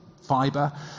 fiber